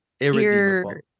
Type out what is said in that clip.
Irredeemable